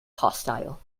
hostile